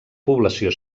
població